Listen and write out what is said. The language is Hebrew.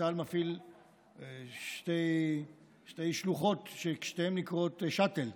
צה"ל מפעיל שתי שלוחות, שתיהן נקראות שאטל,